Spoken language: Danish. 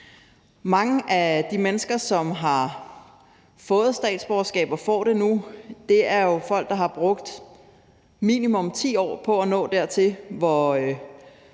Mange af de mennesker, som har fået statsborgerskab og får det nu, er jo folk, der har brugt minimum 10 år på at nå dertil, hvor